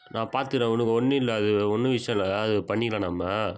நான் பார்த்துக்குறேன் உனக்கு ஒன்று இல்லை அது ஒன்றும் விஷயம் இல்லை அது பண்ணிக்கலாம் நம்ம